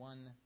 One